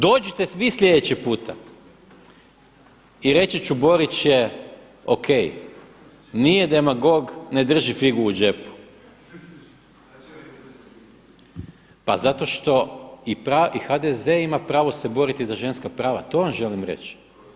Dođite vi sljedeći puta i reći ću Borić je o.k. Nije demagog, ne drži figu u džepu. … [[Upadica sa strane, ne razumije se.]] Pa zato što i HDZ ima pravo se boriti za ženska prava to vam želim reći.